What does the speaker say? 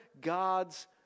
God's